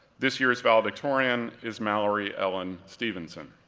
this year's valedictorian is mallory ellen stephenson.